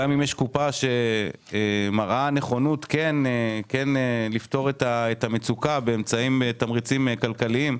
כשיש קופה שכבר מראה נכונות לפתור את המצוקה באמצעות תמריצים כלכליים,